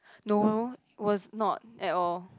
no was not at all